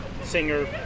singer